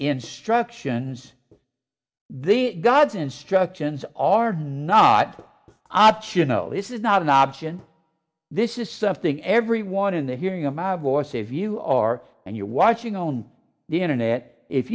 instructions the god's instructions are not optional this is not an option this is something everyone in the hearing of my voice save you are and you're watching on the internet if